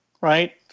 right